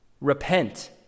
Repent